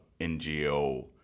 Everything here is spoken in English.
NGO